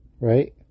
Right